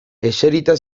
eserita